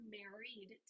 married